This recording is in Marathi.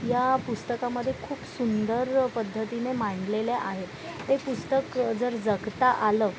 या पुस्तकामध्ये खूप सुंदर पद्धतीने मांडलेल्या आहे ते पुस्तक जर जगता आलं